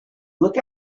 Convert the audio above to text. look